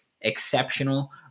exceptional